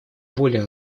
более